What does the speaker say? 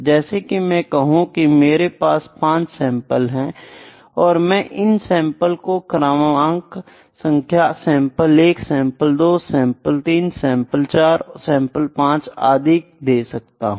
जैसे मैं कहूं कि मेरे पास 5 सैंपल है और मैं इन सैंपल को क्रमांक संख्या sample 1 sample 2 sample 3 sample 4 sample 5 आदि दे सकता हूं